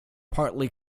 partly